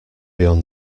beyond